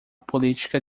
política